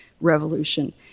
revolution